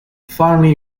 finally